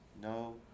no